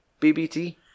BBT